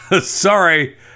Sorry